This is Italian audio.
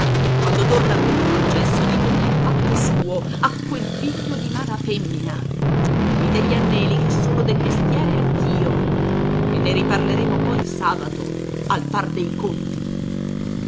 quando torna quello del gesso ditegli il fatto suo a quel figlio di mala femmina ditegli a neli che sono del mestiere anch'io che ne riparleremo poi sabato al far dei conti